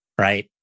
right